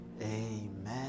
Amen